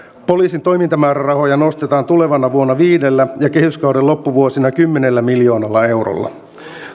poliisin toimintamäärärahoja nostetaan tulevana vuonna viidellä ja kehyskauden loppuvuosina kymmenen miljoonalla eurolla